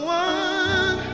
one